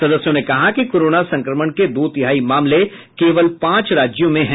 सदस्यों ने कहा कि कोरोना संक्रमण के दो तिहाई मामले केवल पांच राज्यों में हैं